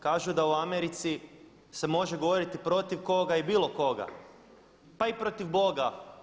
Kažu da u Americi se može govoriti protiv koga i bilo koga, pa i protiv Boga.